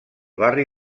barri